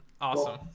Awesome